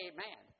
Amen